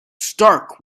stark